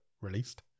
released